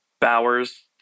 Bowers